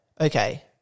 okay